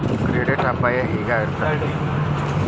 Credit ಅಪಾಯಾ ಹೆಂಗಾಕ್ಕತೇ?